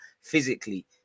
physically